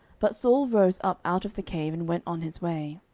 but saul rose up out of the cave, and went on his way.